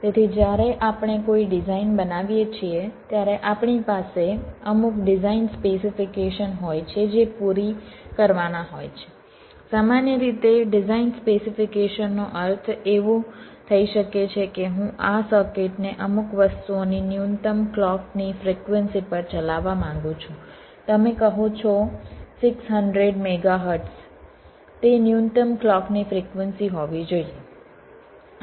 તેથી જ્યારે આપણે કોઈ ડિઝાઈન બનાવીએ છીએ ત્યારે આપણી પાસે અમુક ડિઝાઈન સ્પેસિફીકેશન હોય છે જે પૂરી કરવાના હોય છે સામાન્ય રીતે ડિઝાઈન સ્પેસિફીકેશનનો અર્થ એવો થઈ શકે છે કે હું આ સર્કિટ ને અમુક વસ્તુઓની ન્યૂનતમ ક્લૉક ની ફ્રિક્વન્સી પર ચલાવવા માગું છું તમે કહો છો 600 મેગાહર્ટ્ઝ તે ન્યૂનતમ ક્લૉકની ફ્રિક્વન્સી હોવી જોઈએ